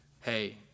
hey